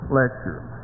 lecture